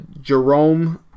Jerome